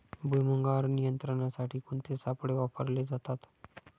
भुईमुगावर नियंत्रणासाठी कोणते सापळे वापरले जातात?